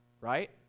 right